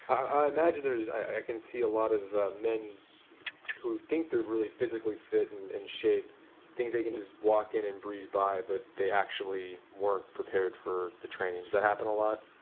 i imagine there was i can see a lot of men who think they're really physically fit and and shape think they can just walk in and breeze by but they actually weren't prepared for the trainings. does that happen a lot?